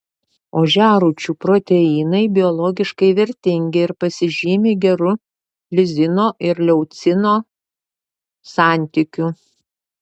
ožiarūčių proteinai biologiškai vertingi ir pasižymi geru lizino ir leucino santykiu